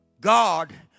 God